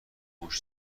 موش